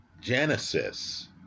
Genesis